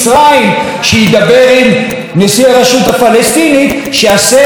עם נשיא הרשות הפלסטינית שיעשה לנו טובה,